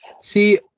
See